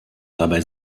dabei